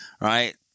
Right